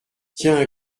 tiens